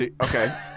okay